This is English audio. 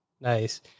Nice